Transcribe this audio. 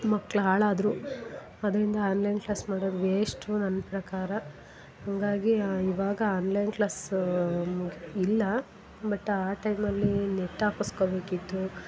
ಮಕ್ಳು ಹಾಳಾದರು ಅದರಿಂದ ಆನ್ಲೈನ್ ಕ್ಲಾಸ್ ಮಾಡೋದು ವೇಶ್ಟು ನನ್ನ ಪ್ರಕಾರ ಹಾಗಾಗಿ ಇವಾಗ ಆನ್ಲೈನ್ ಕ್ಲಾಸು ಇಲ್ಲ ಬಟ್ ಆ ಟೈಮಲ್ಲಿ ನೆಟ್ ಹಾಕಸ್ಕೊಬೇಕಿತ್ತು